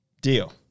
deal